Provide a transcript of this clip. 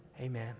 amen